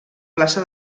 plaça